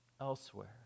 elsewhere